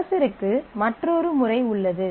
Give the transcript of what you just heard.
கர்சருக்கு மற்றொரு முறை உள்ளது